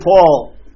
Paul